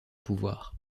pouvoir